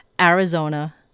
Arizona